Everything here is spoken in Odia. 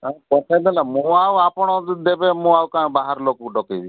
ପଠେଇଦେଲେ ମୁଁ ଆଉ ଆପଣ ଯଦି ଦେବେ ମୁଁ ଆଉ କାଇଁ ବାହାର ଲୋକ କୁ ଡ଼କେଇବି